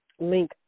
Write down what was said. link